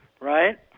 right